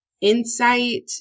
insight